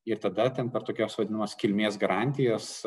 ir tada ten per tokias vadinamas kilmės garantijas